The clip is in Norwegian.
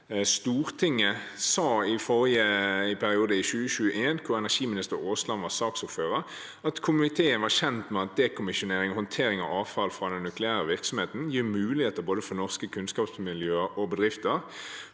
forrige periode, da energiminister Aasland var saksordfører, at komiteen var kjent med at dekommisjonering og håndtering av avfall fra den nukleære virksomheten gir muligheter for norske kunnskapsmiljøer og bedrifter